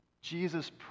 Jesus